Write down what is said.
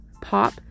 pop